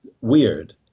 weird